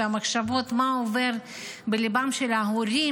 והמחשבות מה עובר בליבם של ההורים